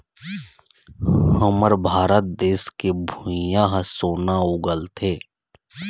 हमर भारत देस के भुंइयाँ ह सोना उगलथे